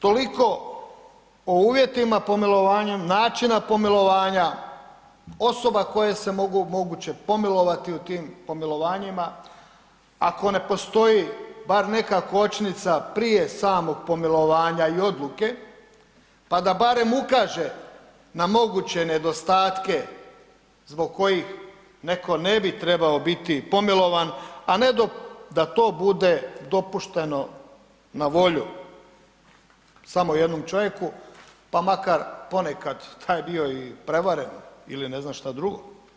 Toliko o uvjetima pomilovanjem, načina pomilovanja, osoba koje je pomilovati u tim pomilovanjima, ako ne postoji bar neka kočnica prije samog pomilovanja i odluke, pa da barem ukaže na moguće nedostatke zbog kojih netko ne bi trebao biti pomilovan, a ne da to bude dopušteno na volju samo jednom čovjeku, pa makar ponekad taj bio prevaren ili ne znam što drugo.